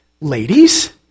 ladies